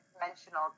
dimensional